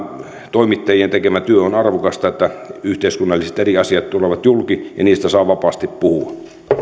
toimittajien tekemä työ on arvokasta että yhteiskunnalliset eri asiat tulevat julki ja niistä saa vapaasti puhua